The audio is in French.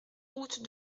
route